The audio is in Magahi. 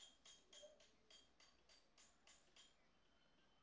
बैंककोत सार्वजनीक संपत्ति लूटना गंभीर अपराध छे